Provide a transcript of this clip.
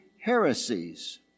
heresies